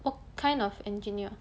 what kind of engineer